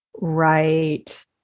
Right